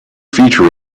feature